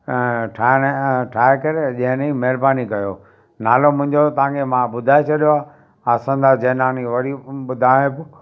ठहाराइण ठाहे करे ॾियण जी महिरबानी कयो नालो मुंहिजो तव्हांखे मां ॿुधाए छॾियो आहे आसंदा जेनानी वरी ॿुधायां पोइ